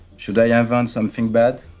should i invent something bad?